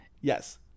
Yes